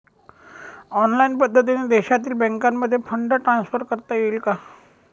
Online पद्धतीने देशातील बँकांमध्ये फंड ट्रान्सफर करता येईल का?